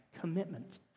commitment